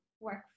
work